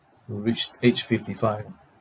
who reach age fifty five ah